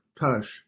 Tush